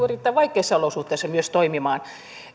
erittäin vaikeissa olosuhteissa myös toimimaan